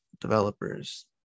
developers